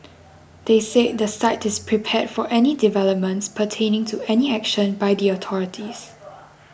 they said the site is prepared for any developments pertaining to any action by the authorities